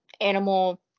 animal